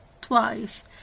twice